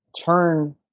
turn